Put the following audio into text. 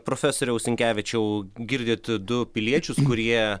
profesoriau sinkevičiau girdit du piliečius kurie